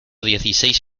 dieciséis